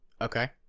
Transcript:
okay